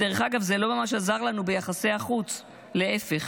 דרך אגב, זה לא ממש עזר לנו ביחסי החוץ אלא להפך.